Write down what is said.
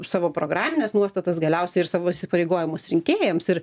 savo programines nuostatas galiausiai ir savo įsipareigojimus rinkėjams ir